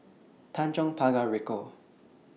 Tanjong Pagar Ricoh